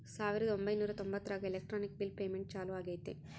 ಸಾವಿರದ ಒಂಬೈನೂರ ತೊಂಬತ್ತರಾಗ ಎಲೆಕ್ಟ್ರಾನಿಕ್ ಬಿಲ್ ಪೇಮೆಂಟ್ ಚಾಲೂ ಆಗೈತೆ